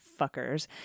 fuckers